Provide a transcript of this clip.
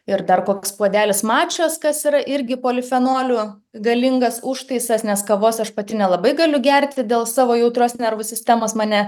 ir dar koks puodelis mačos kas yra irgi polifenuolių galingas užtaisas nes kavos aš pati nelabai galiu gerti dėl savo jautrios nervų sistemos mane